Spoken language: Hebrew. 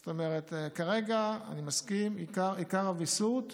זאת אומרת, כרגע אני מסכים שהעיקר הוא הוויסות,